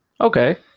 Okay